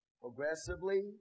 progressively